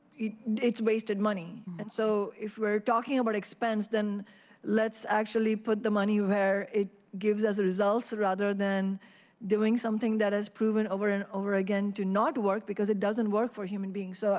it's wasted money. and so if we're talking about expense, then let's actually put the money where it gives us a result rather than doing something that has proven over and over again to not work because it doesn't work for human beings. so